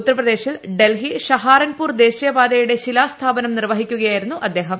ഉത്തർപ്രദേശിൽ ഡൽഹി ഷഹാറൻപൂർ ദേശീയപാത്യുടെ ശിലാസ്ഥാപനം നിർവ്വഹിക്കുകയായിരുന്നു അദ്ദേഹം